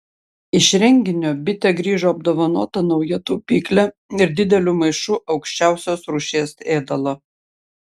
iš renginio bitė grįžo apdovanota nauja taupykle ir dideliu maišu aukščiausios rūšies ėdalo